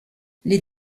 les